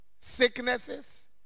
Sicknesses